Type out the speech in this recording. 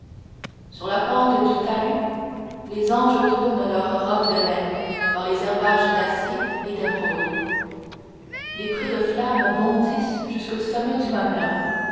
sur la pente du talus les anges tournent leurs robes de laine dans les herbages d'acier et d'émeraude des prés de flamme bondissent jusqu'au sommet du mamelon